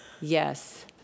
yes